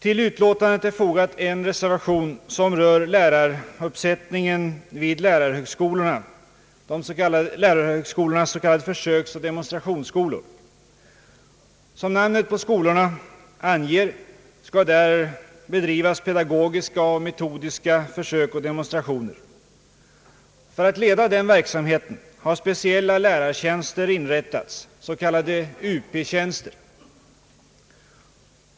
Till utlåtandet är fogad en reservation som rör läraruppsättningen vid lärarhögskolornas s.k. försöksoch demonstrationsskolor. Som namnet på skolorna anger skall där bedrivas pedagogiska och metodiska försök och demonstrationer. För att leda den verksamheten. har speciella lärartjänster inrättats, s.k. Up-tjänster.